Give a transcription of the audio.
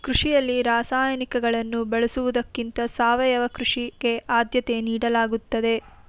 ಕೃಷಿಯಲ್ಲಿ ರಾಸಾಯನಿಕಗಳನ್ನು ಬಳಸುವುದಕ್ಕಿಂತ ಸಾವಯವ ಕೃಷಿಗೆ ಆದ್ಯತೆ ನೀಡಲಾಗುತ್ತದೆ